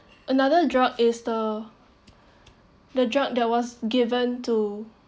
another drug is the the drug that was given to